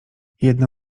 jedna